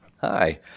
Hi